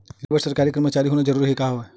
ऋण ले बर सरकारी कर्मचारी होना जरूरी हवय का?